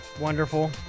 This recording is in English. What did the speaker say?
Wonderful